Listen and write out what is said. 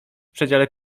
przedziale